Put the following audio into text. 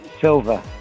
Silver